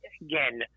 again